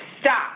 stop